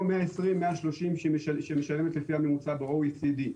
130-120 שמשלמים לפי הממוצע ב-OECD.